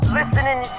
listening